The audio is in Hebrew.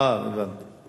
אה, הבנתי.